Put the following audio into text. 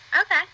Okay